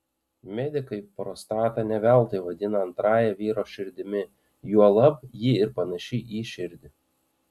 medikai prostatą ne veltui vadina antrąja vyro širdimi juolab ji ir panaši į širdį